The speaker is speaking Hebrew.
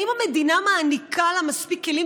האם המדינה מעניקה לה מספיק כלים